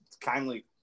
kindly